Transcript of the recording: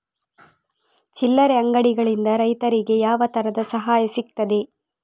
ಚಿಲ್ಲರೆ ಅಂಗಡಿಗಳಿಂದ ರೈತರಿಗೆ ಯಾವ ತರದ ಸಹಾಯ ಸಿಗ್ತದೆ?